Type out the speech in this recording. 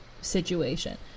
situation